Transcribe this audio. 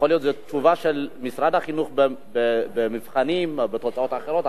יכול להיות שזאת תשובה של משרד החינוך במבחנים או בתוצאות אחרות,